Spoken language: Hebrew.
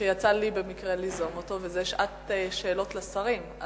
שיצא לי במקרה ליזום אותו, וזאת שעת שאלות לשרים.